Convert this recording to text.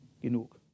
genug